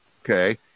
okay